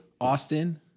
austin